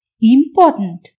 Important